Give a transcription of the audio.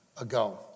ago